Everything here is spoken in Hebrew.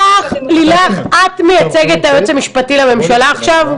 לילך, את מייצגת את היועץ המשפטי לממשלה עכשיו?